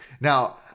Now